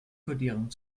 kodierung